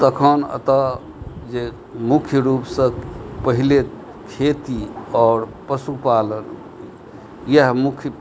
तखन एतऽ जे मुख्य रूपसँ पहिले खेती आओर पशुपालन इएह मुख्य